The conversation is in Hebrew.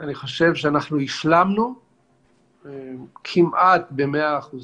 אני חושב שאנחנו השלמנו כמעט ב-100%